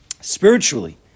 Spiritually